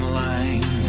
line